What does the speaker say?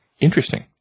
Interesting